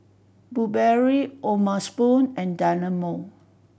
Burberry O'ma Spoon and Dynamo